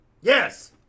Yes